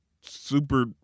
super